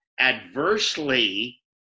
adversely